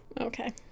Okay